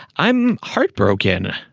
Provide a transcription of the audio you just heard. i'm heartbroken.